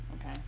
Okay